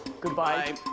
Goodbye